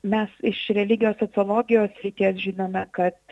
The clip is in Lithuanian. mes iš religijos sociologijos srities žinome kad